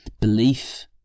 belief